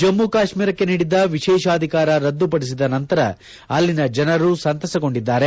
ಜಮ್ಮ ಕಾಶ್ವೀರಕ್ಕೆ ನೀಡಿದ್ದ ವಿಶೇಷಾಧಿಕಾರ ರದ್ದುಪಡಿಸಿದ ನಂತರ ಅಲ್ಲಿನ ಜನ ಸಂತಸಗೊಂಡಿದ್ದಾರೆ